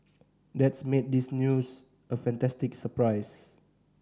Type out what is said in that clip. that's made this news a fantastic surprise